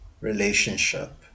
relationship